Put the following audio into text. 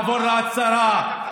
לעבור להצהרה,